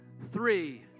three